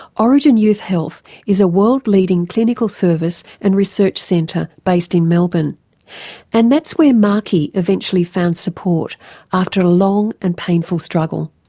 orygen youth health is a world leading clinical service and research centre based in melbourne and that's where markey eventually found support after a long and painful struggle.